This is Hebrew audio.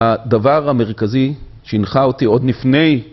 הדבר המרכזי שהנחה אותי עוד לפני.